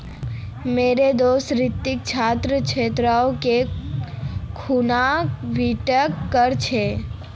मोर दोस्त रितिक छात्र ऋण ले खूना बीटेक कर छ